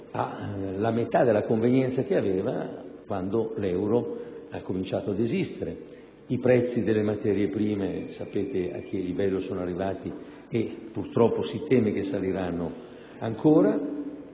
la metà della convenienza che aveva quando l'euro ha cominciato ad esistere. I prezzi delle materie prime sapete a che livello sono arrivati e purtroppo si teme che saliranno ancora.